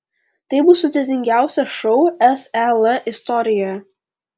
tai bus sudėtingiausias šou sel istorijoje